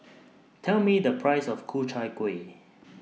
Tell Me The Price of Ku Chai Kueh